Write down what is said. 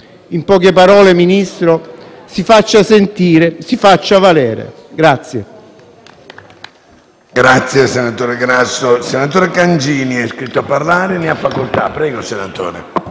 In poche parole, Ministro, si faccia sentire, si faccia valere. *(